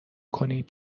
کنید